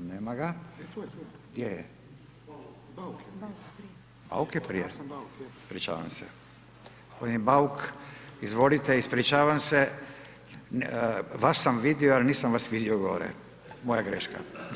nema ga [[Upadica iz sabornice: Tu je, tu je]] gdje je? [[Upadica iz sabornice: Bauk je prije]] Bauk je prije? [[Upadica iz sabornice: Arsen Bauk, je]] Ispričavam se. g. Bauk izvolite, ispričavam se, vas sam vidio, al nisam vas vidio gore, moja greška.